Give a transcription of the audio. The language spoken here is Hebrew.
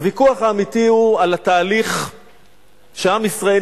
הוויכוח האמיתי הוא על התהליך שעם ישראל